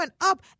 up